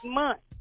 month